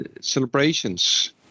celebrations